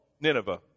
Nineveh